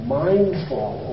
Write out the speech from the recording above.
mindful